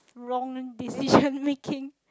wronging decision making